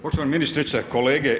Poštovana ministrice, kolege.